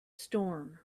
storm